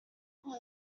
what